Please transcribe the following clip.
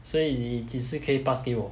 所以你几时可以 pass 给我